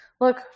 Look